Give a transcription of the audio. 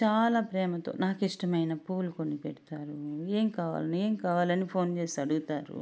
చాలా ప్రేమతో నాకిష్టమైన పూలు కొనిపెడతారు ఏం కావాలి ఏం కావాలి అని ఫోన్ చేసి అడుగుతారు